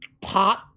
pot